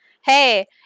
hey